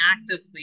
actively